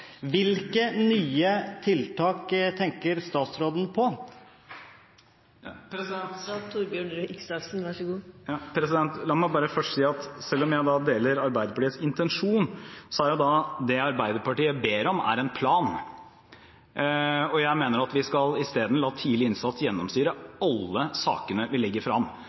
Hvilke nye tiltak tenker statsråden på? La meg først bare si at selv om jeg deler Arbeiderpartiets intensjon, er det Arbeiderpartiet ber om, en plan. Jeg mener at vi isteden skal la tidlig innsats gjennomsyre alle sakene vi legger